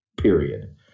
period